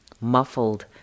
muffled